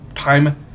Time